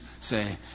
say